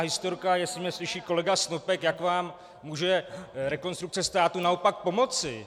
Jestli mě slyší kolega Snopek, jak vám může Rekonstrukce státu naopak pomoci.